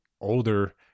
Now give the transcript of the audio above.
older